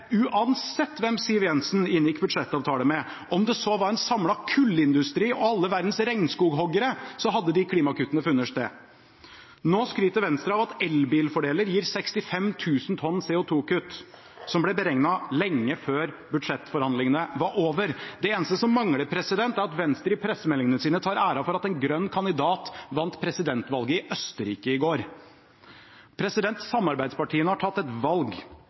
uansett hvem Siv Jensen inngikk budsjettavtale med. Om det så var med en samlet kullindustri og alle verdens regnskoghoggere, hadde de klimagasskuttene funnet sted. Nå skryter Venstre av at elbilfordeler gir 65 000 tonn CO 2 -kutt, som ble beregnet lenge før budsjettforhandlingene var over. Det eneste som mangler, er at Venstre i pressemeldingene sine tar æren for at en grønn kandidat vant presidentvalget i Østerrike i går. Samarbeidspartiene har tatt et valg.